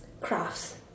crafts